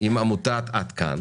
עם עמותת "עד כאן"